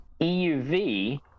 euv